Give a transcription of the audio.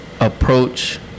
approach